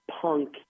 punk